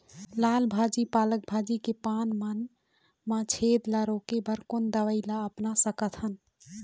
लाल भाजी पालक भाजी के पान मा छेद ला रोके बर कोन दवई ला अपना सकथन?